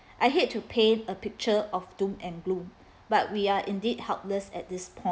I hate to paint a picture of doom and gloom but we are indeed helpless at this point